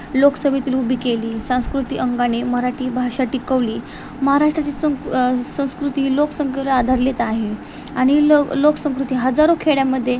लोकसभेतील उभी केली सांस्कृतिक अंगाने मराठी भाषा टिकवली महाराष्ट्राची संक संस्कृती ही लोकसंख्येवर आधारीत आहे आणि लो लोकसंस्कृती हजारो खेड्यामध्ये